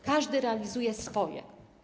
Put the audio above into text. Każdy realizuje swoje.